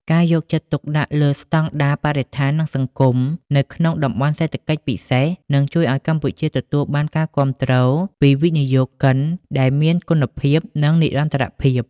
ការយកចិត្តទុកដាក់លើ "ស្ដង់ដារបរិស្ថាន និងសង្គម" នៅក្នុង តំបន់សេដ្ឋកិច្ចពិសេស នឹងជួយឱ្យកម្ពុជាទទួលបានការគាំទ្រពីវិនិយោគិនដែលមានគុណភាព និងនិរន្តរភាព។